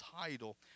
title